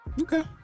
Okay